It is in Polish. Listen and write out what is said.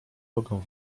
mogę